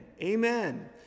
amen